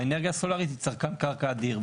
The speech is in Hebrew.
האנרגיה הסולרית היא צרכן קרקע אדיר.